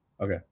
Okay